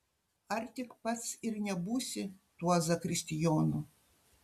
ar tik pats ir nebūsi tuo zakristijonu